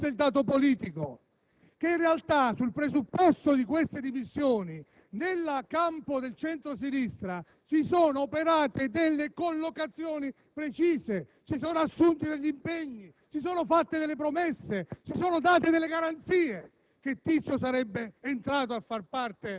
il punto è allora un altro ed è questo il dato politico: in realtà, sul presupposto di tali dimissioni, nel campo del centro-sinistra si sono operate delle collocazioni precise, si sono assunti degli impegni, si sono fatte delle promesse, si sono date garanzie